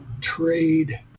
trade